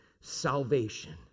salvation